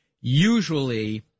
Usually